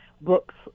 books